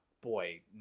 boy